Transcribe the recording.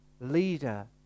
leader